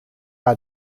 have